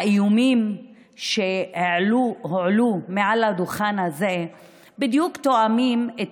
האיומים שהועלו מעל הדוכן הזה בדיוק תואמים את